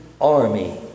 army